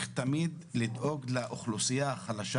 צריך לזכור שתמיד צריך לדאוג לאוכלוסייה החלשה